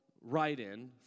write-in